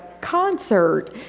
concert